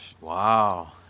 Wow